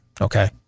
Okay